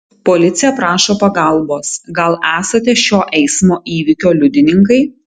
policija prašo pagalbos gal esate šio eismo įvykio liudininkai